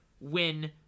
win